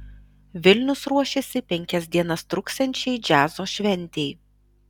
vilnius ruošiasi penkias dienas truksiančiai džiazo šventei